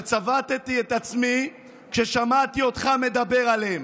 שצבטתי את עצמי כששמעתי אותך מדבר עליהם.